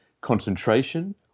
concentration